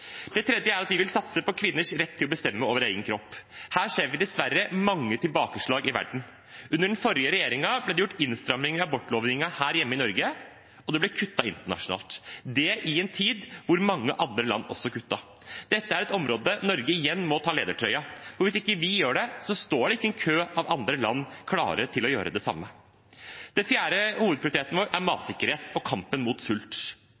Det tredje er at vi vil satse på kvinners rett til å bestemme over egen kropp. Her ser vi dessverre mange tilbakeslag i verden. Under den forrige regjeringen ble det gjort innstramminger i abortlovgivningen her hjemme i Norge, og det ble kuttet internasjonalt – det i en tid hvor mange andre land også kuttet. Dette er et område der Norge igjen må ta ledertrøya, for hvis ikke vi gjør det, står det ikke en kø av andre land klare til å gjøre det samme. Den fjerde hovedprioriteten vår er matsikkerhet og kampen mot sult.